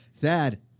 Dad